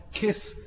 kiss